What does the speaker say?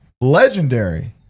legendary